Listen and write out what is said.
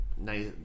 nice